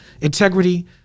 integrity